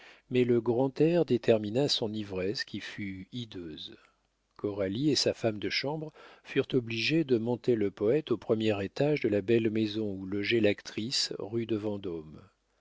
mais le grand air détermina son ivresse qui fut hideuse coralie et sa femme de chambre furent obligées de monter le poète au premier étage de la belle maison où logeait l'actrice rue de vendôme